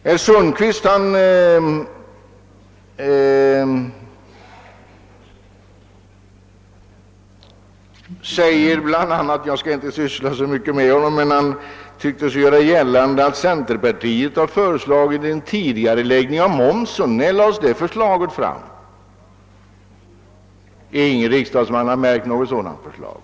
Herr Sundkvist tycktes vilja göra gällande att centerpartiet har föreslagit en tidigareläggning av momsen. När lades det förslaget fram? Ingen riksdagsman har märkt något sådant förslag.